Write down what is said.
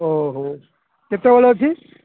ହଉ କେତେବେଳେ ଅଛି